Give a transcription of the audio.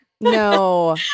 No